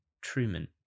Truman